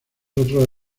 otros